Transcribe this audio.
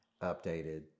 updated